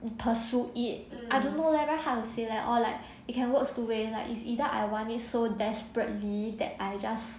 pursue it I don't know leh very hard to say leh or like it can works two ways like it's either I want it so desperately that I just